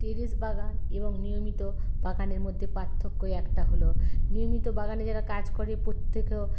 terrace বাগান এবং নিয়মিত বাগানের মধ্যে পার্থক্য ওই একটা হল নিয়মিত বাগানে যারা কাজ করে প্রত্যেককেই